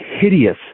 hideous